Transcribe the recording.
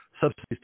subsidies